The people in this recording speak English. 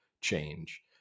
change